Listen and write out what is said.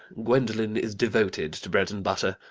gwendolen is devoted to bread and butter.